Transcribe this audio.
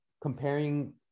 comparing